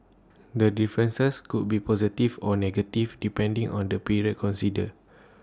the differences could be positive or negative depending on the period considered